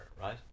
right